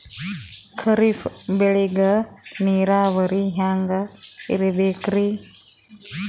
ಖರೀಫ್ ಬೇಳಿಗ ನೀರಾವರಿ ಹ್ಯಾಂಗ್ ಇರ್ಬೇಕರಿ?